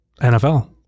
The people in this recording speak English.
NFL